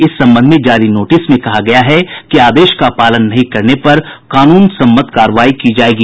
इस संबंध में जारी नोटिस में कहा गया है कि आदेश का पालन नहीं करने पर कानून सम्मत कार्रवाई की जायेगी